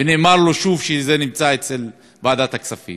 ונאמר לו שוב שזה נמצא בוועדת הכספים.